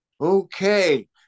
Okay